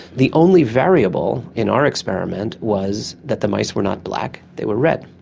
the only variable in our experiment was that the mice were not black, they were red.